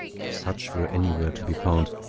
if such were anywhere to be found.